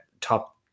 top